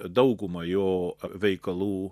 dauguma jo veikalų